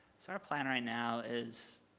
so our plan right now is